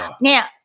now